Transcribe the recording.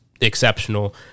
exceptional